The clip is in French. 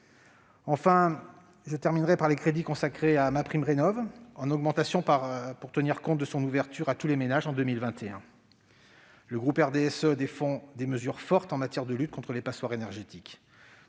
Enfin, les crédits consacrés à MaPrimeRénov'sont en augmentation pour tenir compte de l'ouverture du dispositif à tous les ménages en 2021. Le groupe du RDSE défend des mesures fortes en matière de lutte contre les passoires énergétiques.